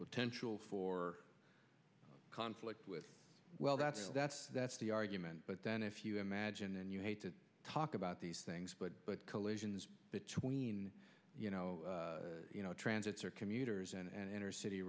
potential for conflict with well that's that's that's the argument but then if you imagine then you hate to talk about these things but collisions between you know you know transits or commuters and inner city